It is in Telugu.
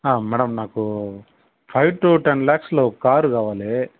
అ మేడం నాకు ఫైవ్ టు టెన్ లాక్స్లో ఒక కార్ కావాలి